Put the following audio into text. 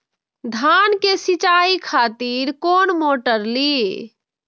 धान के सीचाई खातिर कोन मोटर ली?